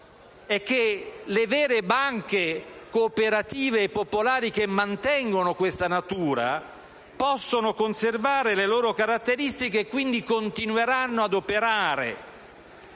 le vere banche cooperative popolari che mantengono questa natura possono conservare le loro caratteristiche e quindi continueranno ad operare.